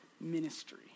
ministry